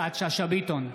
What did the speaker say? יפעת שאשא ביטון,